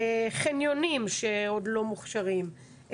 חניונים שעוד לא מוכשרים,